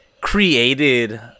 created